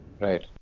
right